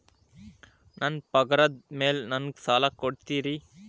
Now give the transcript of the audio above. ನನ್ನ ಪಗಾರದ್ ಮೇಲೆ ನಂಗ ಸಾಲ ಕೊಡ್ತೇರಿ?